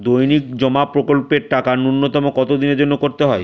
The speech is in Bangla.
দৈনিক জমা প্রকল্পের টাকা নূন্যতম কত দিনের জন্য করতে হয়?